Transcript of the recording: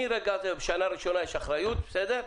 בשנה הראשונה יש אחריות, בסדר?